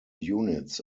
units